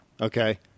Okay